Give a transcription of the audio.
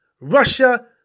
Russia